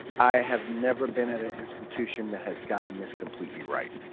i have never been at an institution that has gotten this completely right,